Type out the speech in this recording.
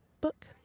book